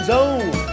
Zone